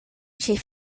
chief